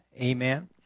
Amen